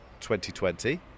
2020